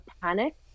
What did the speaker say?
panic